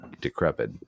decrepit